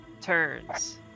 turns